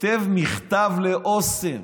כותב מכתב לאוסם.